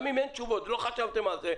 גם אם אין תשובות ולא חשבתם על זה,